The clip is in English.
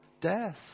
death